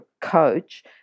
coach